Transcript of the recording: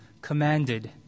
commanded